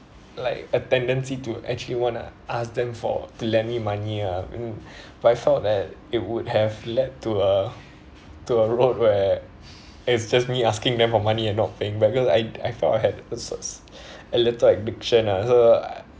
like a tendency to actually wanna ask them for to lend me money ah mm but I felt that it would have led to a to a road where it's just me asking them for money and not paying back cause I I felt I had was a little addiction ah so I